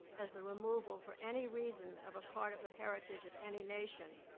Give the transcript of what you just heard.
as the removal for any reason of a part of the heritage of any nation.